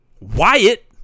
Wyatt